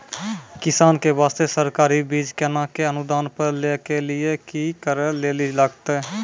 किसान के बास्ते सरकारी बीज केना कऽ अनुदान पर लै के लिए की करै लेली लागतै?